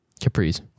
capris